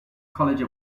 college